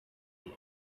and